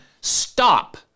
stop